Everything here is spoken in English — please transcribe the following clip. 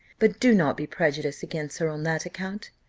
but do not be prejudiced against her on that account,